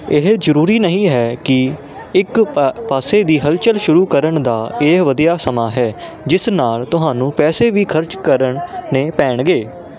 ਇਹ ਜ਼ਰੂਰੀ ਨਹੀਂ ਹੈ ਕਿ ਇੱਕ ਪਾ ਪਾਸੇ ਦੀ ਹਲਚਲ ਸ਼ੁਰੂ ਕਰਨ ਦਾ ਇਹ ਵਧੀਆ ਸਮਾਂ ਹੈ ਜਿਸ ਨਾਲ ਤੁਹਾਨੂੰ ਪੈਸੇ ਵੀ ਖਰਚ ਕਰਨੇ ਪੈਣਗੇ